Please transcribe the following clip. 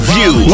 View